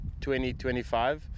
20-25